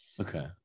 Okay